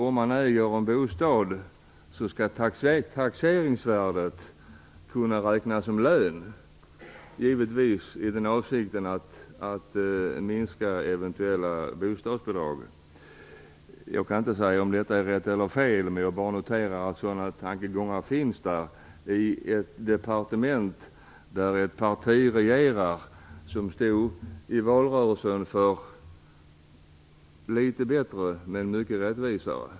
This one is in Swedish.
Om man äger en bostad kan det tänkas att taxeringsvärdet i framtiden skall kunna räknas som lön, givetvis i avsikten att minska eventuella bostadsbidrag. Jag kan inte säga om detta är rätt eller fel. Jag noterar bara att sådana tankegångar finns i ett departement där ett parti regerar som i valrörelsen stod för "litet bättre, men mycket rättvisare".